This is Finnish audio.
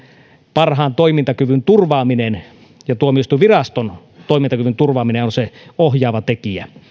parhaan toimintakyvyn turvaaminen ja tuomioistuinviraston toimintakyvyn turvaaminen on se ohjaava tekijä